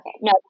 No